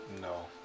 No